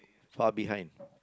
far behind